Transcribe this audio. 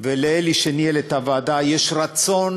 ולאלי שניהל את הוועדה יש רצון